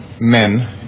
men